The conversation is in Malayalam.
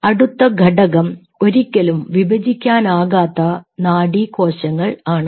അടുത്ത ഘടകം ഒരിക്കലും വിഭജിക്കാനാകാത്ത നാഡീകോശങ്ങൾ ആണ്